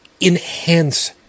enhance